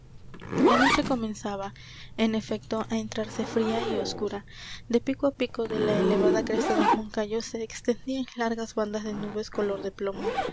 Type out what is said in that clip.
la noche comenzaba en efecto á entrarse fría y oscura de pico á pico de la elevada cresta del moncayo se extendían largas bandas de nubes color de plomo